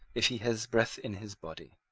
if he has breath in his body.